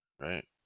Right